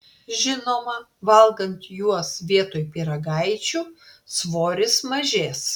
žinoma valgant juos vietoj pyragaičių svoris mažės